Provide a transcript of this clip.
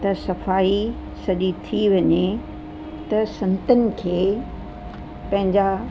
त सफ़ाई सॼी थी वञे त संतनि खे पंहिंजा